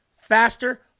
faster